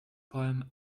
poem